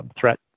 threat